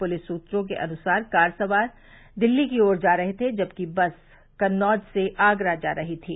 police सुत्रों के अनुसार कार सवार दिल्ली की ओर जा रहे थे जबकि बस कन्नौज से आगरा जा रही थी